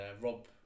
Rob